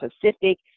Pacific